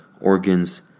organs